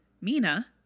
Mina